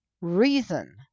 reason